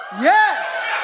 Yes